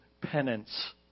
penance